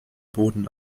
boden